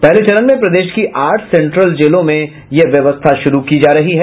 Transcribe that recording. पहले चरण में प्रदेश की आठ सेन्ट्रल जेलों में यह व्यवस्था शुरू की जा रही है